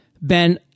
Ben